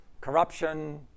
corruption